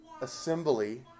assembly